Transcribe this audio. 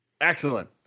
Excellent